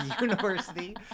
University